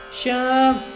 sham